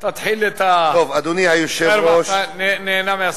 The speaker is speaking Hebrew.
אתה תתחיל את, אתה נהנה מהספק.